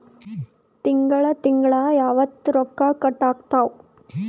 ತಿಂಗಳ ತಿಂಗ್ಳ ಯಾವತ್ತ ರೊಕ್ಕ ಕಟ್ ಆಗ್ತಾವ?